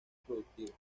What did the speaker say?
productiva